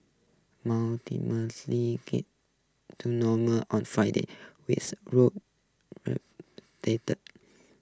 to normal on Friday with roads